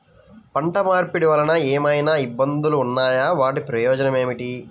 పంట మార్పిడి వలన ఏమయినా ఇబ్బందులు ఉన్నాయా వాటి ప్రయోజనం ఏంటి?